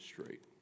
straight